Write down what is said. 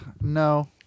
No